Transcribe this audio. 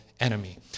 enemy